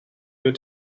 your